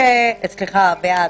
אבל, אביעד,